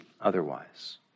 otherwise